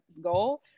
goal